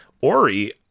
Ori